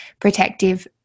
protective